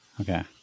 Okay